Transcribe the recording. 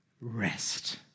rest